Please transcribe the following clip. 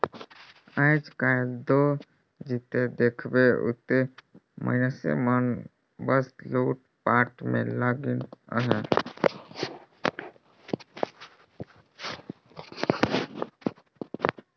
आएज काएल दो जिते देखबे उते मइनसे मन बस लूटपाट में लगिन अहे